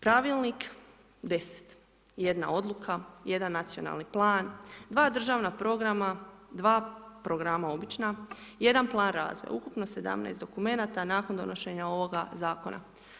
Pravilnik 10, jedna Odluka, jedan Nacionalni plan, 2 državna programa, 2 programa obična, 1 plan razvoja, ukupno 17 dokumenata nakon donošenja ovoga Zakona.